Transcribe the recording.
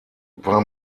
war